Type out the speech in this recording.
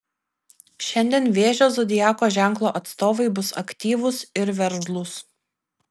šiandien vėžio zodiako ženklo atstovai bus aktyvūs ir veržlūs